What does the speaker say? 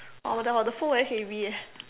!wah! but the but the phone very heavy eh